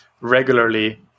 regularly